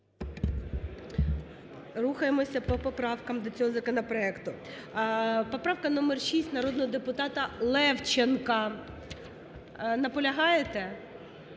Рухаємося по поправках до цього законопроекту. Поправка номер 6, народного депутата Левченка. Наполягаєте?